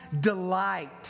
delight